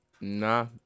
nah